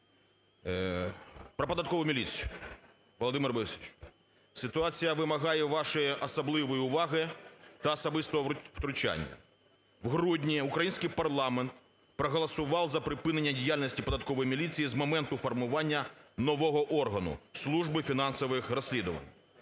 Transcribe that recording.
про податкову міліцію. Володимир Борисович, ситуація вимагає вашої особливої уваги та особистого втручання. В грудні український парламент проголосував за припинення діяльності податкової міліції з моменту формування нового органу – Служби фінансових розслідувань.